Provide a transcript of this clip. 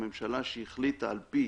הממשלה שהחליטה על פי